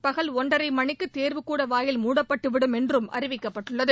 பகல் ஒன்றரை மணிக்கு தேர்வுக்கூட வாயில் மூடப்பட்டுவிடும் என்றும் அறிவிக்கப்பட்டுள்ளது